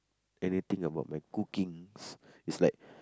anything about my cookings is like